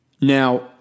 Now